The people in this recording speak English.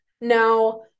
Now